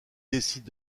décide